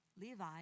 Levi